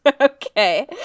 Okay